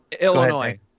Illinois